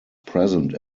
present